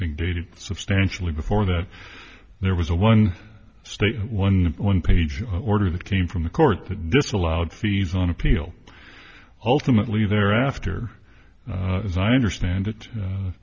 think dated substantially before that there was a one state one point page order that came from the court to disallowed fees on appeal ultimately there after as i understand it